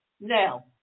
Now